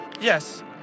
Yes